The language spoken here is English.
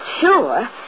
sure